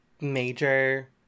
major